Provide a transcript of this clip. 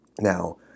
now